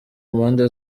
mpande